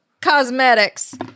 cosmetics